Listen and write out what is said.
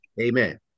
amen